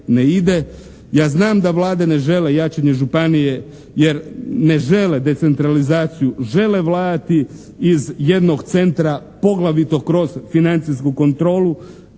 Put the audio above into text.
Ja znam da vlade ne žele jačanje županije jer ne žele decentralizaciju, žele vladati iz jednog centra, poglavito kroz financijsku kontrolu.